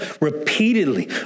repeatedly